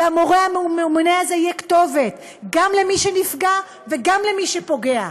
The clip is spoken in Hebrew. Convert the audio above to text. והמורה הממונה הזה יהיה כתובת גם למי שנפגע וגם למי שפוגע.